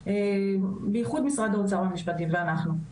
בייחוד משרד האוצר והמשפטים ואנחנו.